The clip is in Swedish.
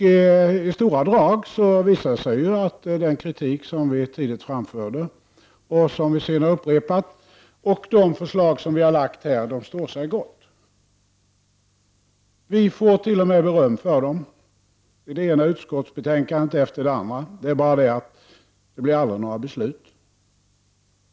I stora drag visar det sig att den kritik som vi tidigt framförde, och som vi sedan har upprepat, och de förslag som vi har lagt fram står sig gott. Vi får t.o.m. beröm för förslagen i det ena utskottsbetänkandet efter det andra. Det är bara det att det aldrig blir några beslut.